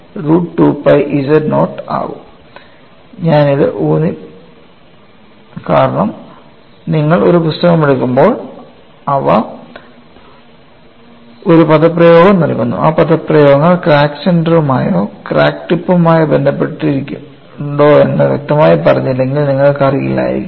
ഇത് ഞാൻ ഊന്നി കാരണം നിങ്ങൾ ഒരു പുസ്തകം എടുക്കുമ്പോൾ അവ ഒരു പദപ്രയോഗം നൽകുന്നു ആ പദപ്രയോഗങ്ങൾ ക്രാക്ക് സെന്ററുമായോ ക്രാക്ക് ടിപ്പുമായോ ബന്ധപ്പെട്ടിട്ടുണ്ടോ എന്ന് വ്യക്തമായി പറഞ്ഞില്ലെങ്കിൽ നിങ്ങൾക്ക് അറിയില്ലായിരിക്കാം